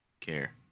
care